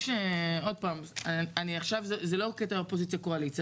זה לא קטע של אופוזיציה-קואליציה,